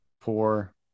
poor